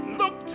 look